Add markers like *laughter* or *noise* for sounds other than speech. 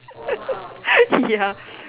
*laughs* ya